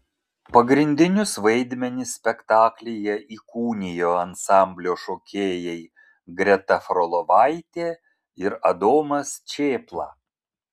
pagrindinius vaidmenis spektaklyje įkūnijo ansamblio šokėjai greta frolovaitė ir adomas čėpla